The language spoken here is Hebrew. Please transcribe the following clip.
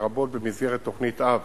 לרבות במסגרת תוכנית-אב